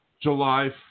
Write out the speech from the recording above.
July